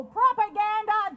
propaganda